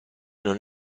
non